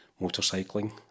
motorcycling